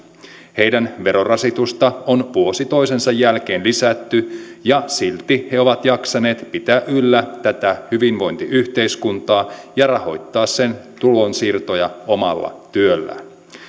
heidän verorasitustaan on vuosi toisensa jälkeen lisätty ja silti he ovat jaksaneet pitää yllä tätä hyvinvointiyhteiskuntaa ja rahoittaa sen tulonsiirtoja omalla työllään